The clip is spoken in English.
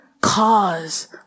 cause